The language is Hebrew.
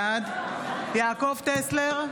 בעד יעקב טסלר,